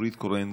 נורית קורן,